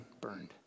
burned